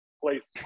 place